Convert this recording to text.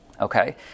Okay